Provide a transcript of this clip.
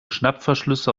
schnappverschlüsse